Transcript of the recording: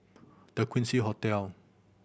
The Quincy Hotel